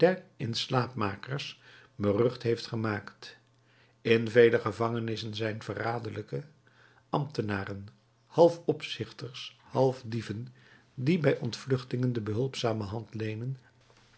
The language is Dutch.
in slaap makers berucht heeft gemaakt in vele gevangenissen zijn verraderlijke beambten half opzichters half dieven die bij ontvluchtingen de behulpzame hand leenen